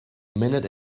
minute